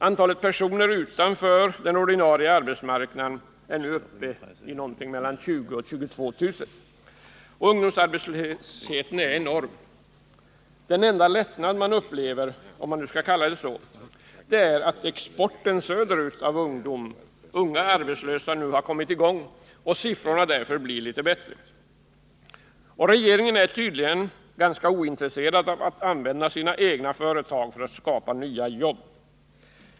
Antalet personer utanför den ordinarie arbetsmarknaden är nu uppe i mellan 20 000 och 22 000, och ungdomsarbetslösheten är enorm. Den enda lättnad man upplever — om man nu skall kalla det så — är att ”exporten” söderut av särskilt unga arbetslösa nu kommit i gång, varför siffrorna blir något bättre. Regeringen är tydligen ganska ointresserad av att använda sina egna företag för att skapa nya jobb.